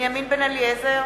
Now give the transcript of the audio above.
בנימין בן-אליעזר